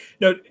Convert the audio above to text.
Now